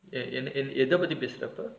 uh எத பத்தி பேசுற இப்ப:etha paththi pesura ippa